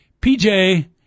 PJ